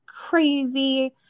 crazy